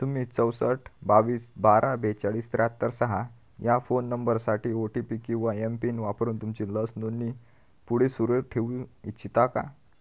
तुम्ही चौसष्ट बावीस बारा बेचाळीस त्र्याहत्तर सहा ह्या फोन नंबरसाठी ओटीपी किंवा एम पिन वापरून तुमची लस नोंदणी पुढे सुरू ठेवू इच्छिता का